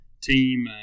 team